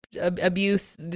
abuse